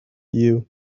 you